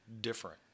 different